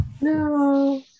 No